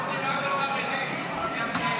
אדוני